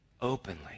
openly